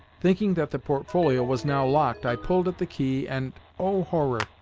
thinking that the portfolio was now locked, i pulled at the key and, oh horror!